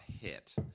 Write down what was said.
hit